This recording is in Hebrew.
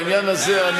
בעניין הזה,